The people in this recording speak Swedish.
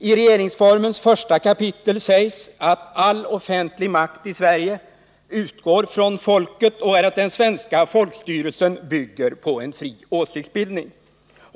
I regeringsformens första kapitel sägs att all offentlig makt i Sverige utgår från folket och att den svenska folkstyrelsen bygger på fri åsiktsbildning.